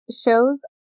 shows